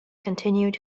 continued